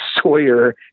Sawyer